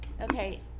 okay